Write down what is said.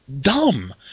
dumb